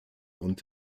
und